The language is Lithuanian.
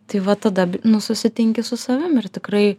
tai va tada nu susitinki su savim ir tikrai